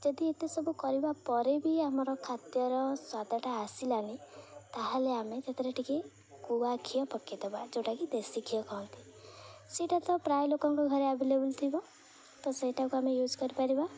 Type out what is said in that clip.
ଯଦି ଏତେ ସବୁ କରିବା ପରେ ବି ଆମର ଖାଦ୍ୟର ସ୍ୱାଦଟା ଆସିଲାନି ତା'ହେଲେ ଆମେ ସେଥିରେ ଟିକେ ଗୁଆ ଘିଅ ପକାଇଦବା ଯେଉଁଟାକି ଦେଶୀ ଘିଅ କହନ୍ତି ସେଇଟା ତ ପ୍ରାୟ ଲୋକଙ୍କ ଘରେ ଆଭେଲେବୁଲ ଥିବ ତ ସେଇଟାକୁ ଆମେ ୟୁଜ କରିପାରିବା